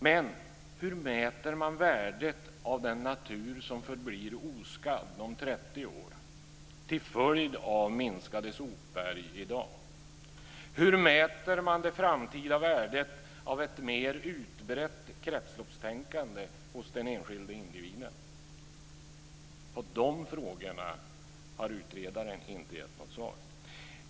Men hur mäter man värdet av den natur som förblir oskadd om 30 år till följd av minskade sopberg i dag? Hur mäter man det framtida värdet av ett mer utbrett kretsloppstänkande hos den enskilde individen? På de frågorna har utredaren inte gett något svar.